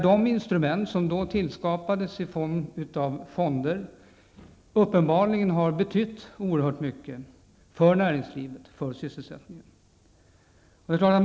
De instrument som då tillskapades i form av fonder har uppenbarligen betytt oerhört mycket för näringslivet och sysselsättningen. Herr talman!